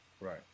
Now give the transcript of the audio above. Right